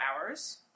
hours